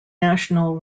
national